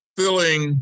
filling